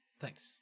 Thanks